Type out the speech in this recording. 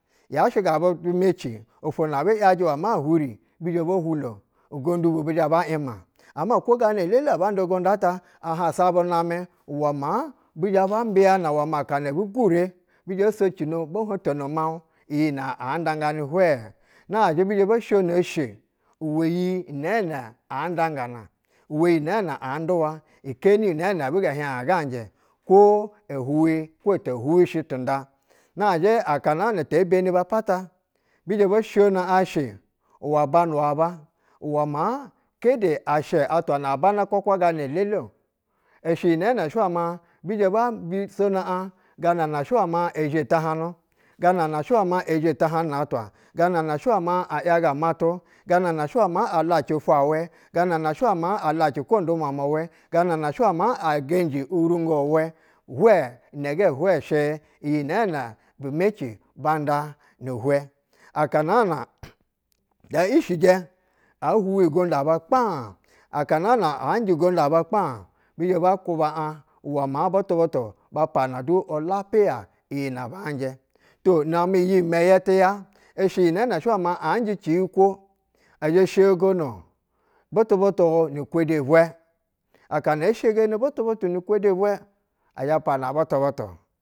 Yahɛ gabu bi meci ofwo na abu yajɛ uwɛ ma huri, bizhɛ bo hulo ugonƌu bu zhɛ ba’yima ama kwo gana idi abanda ugondu ta ahansa bu namɛ uwɛ maa bizhɛ ba mbiyana uwɛ aka na ebu gure bizhɛ socino hoɧtono miauɧ iyi nɛ aɧ ndaganɛ hw. Nazhɛ bi zhɛ bo shono eshe uwa yi nɛɛnɛ audangana, uwɛ yi nɛɛnɛ anduwa kani iyi nɛɛnɛ ɛbi gɛ aɧ ga njɛ kwo ehuwi kwo ete huwishi tinda. Na zhɛ aka naa na te beni apata ɧi zhɛ bo shono aɧ eshe uwɛ banu ya ba uwɛ maa kede ashɛ atwa na abana kwakwa gana lele-o. Ishɛ iyi nɛ shɛ uwɛ una bi zhɛ bombisona aɧ ga nana shɛ wɛ ma ezhe tahanu, ganana shɛ uwɛ ma ezhe taha nu na atwa, gana na sha uwɛ ma a yaga matu, ganana shɛ uwɛ ma alacɛ eshe awɛ, ganana shɛ uwɛ ma alacɛ kwo ndumwa mu wɛ. ganana shɛ uwɛ ma egehji urungo. Uwɛ, hwɛ inɛgɛ hwɛ shɛ iyi nɛɛ bu meci banda ni ihwɛ. Aka naana tɛ ishijɛ ezinji ugonƌu aba kpaaɧ, aka naa anjɛ ugonƌu aba kpaaɧ, bi zhɛ ba kwuba aɧ uwɛ maa butu butu ba pana du ulapiya iyinɛ banjɛ. To nawɛ iyimɛyɛ tiya ishɛ aji nɛɛnɛ shɛ wɛ ma anjɛ ciyi kwo, ɛ zhɛ shegono butu butu ni ikwede ibwɛ. Akana e shegeni butu butu ni ikwede ibwɛ, ezhɛ pana butu butu.